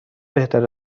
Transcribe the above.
بهتر